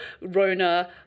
Rona